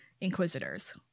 Inquisitors